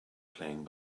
playing